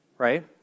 right